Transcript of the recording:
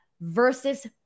versus